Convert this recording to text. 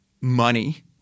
money